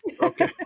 Okay